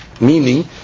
Meaning